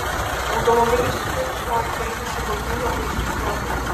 automobilis tučtuoj trenkėsi į bordiūrą ir sustojo